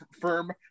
firm